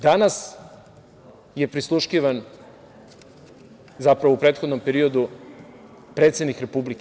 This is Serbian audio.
Danas je prisluškivan, zapravo u prethodnom periodu, predsednik Republike.